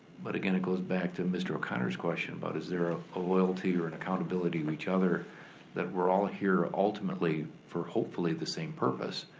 but again it goes back to mr. o'connor's question about is there a loyalty or and accountability to each other that we're all here ultimately for hopefully the same purpose.